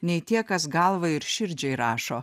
nei tie kas galvai ir širdžiai rašo